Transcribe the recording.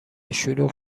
شلوغ